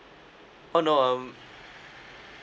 oh no um